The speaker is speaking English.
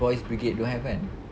boys brigade don't have kan